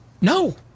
No